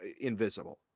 invisible